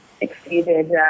exceeded